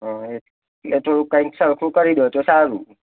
એ તો કંઇક સરખું કરી દો તો સારું